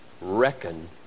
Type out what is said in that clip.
Reckon